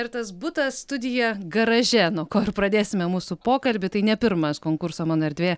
ir tas butas studija garaže nuo ko ir pradėsime mūsų pokalbį tai ne pirmas konkurso mano erdvė